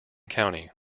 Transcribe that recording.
county